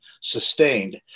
sustained